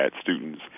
students